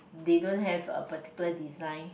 they don't have a particular design